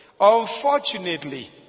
Unfortunately